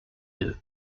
deux